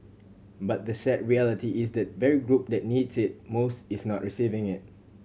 but the sad reality is that the very group that needs it most is not receiving it